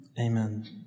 amen